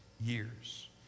years